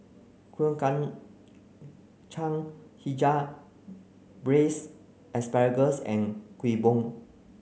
Kuih Kacang Hijau braised asparagus and Kueh Bom